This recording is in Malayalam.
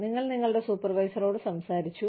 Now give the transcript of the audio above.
നിങ്ങൾ നിങ്ങളുടെ സൂപ്പർവൈസറോട് സംസാരിച്ചു